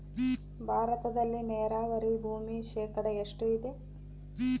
ಭಾರತದಲ್ಲಿ ನೇರಾವರಿ ಭೂಮಿ ಶೇಕಡ ಎಷ್ಟು ಇದೆ?